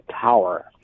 tower